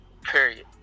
period